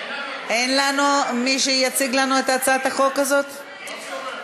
האם יש לך להציג לנו הצעת חוק הגנת כינויי